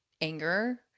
anger